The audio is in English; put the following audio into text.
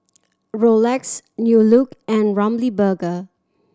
Rolex New Look and Ramly Burger